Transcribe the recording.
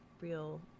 real